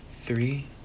three